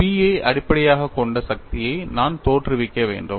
P ஐ அடிப்படையாகக் கொண்ட சக்தியை நான் தோற்றுவிக்க வேண்டும்